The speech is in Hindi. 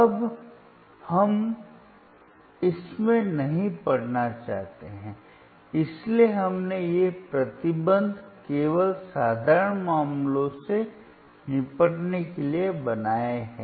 अब हम इसमें नहीं पड़ना चाहते हैं इसलिए हमने ये प्रतिबंध केवल साधारण मामलों से निपटने के लिए बनाए हैं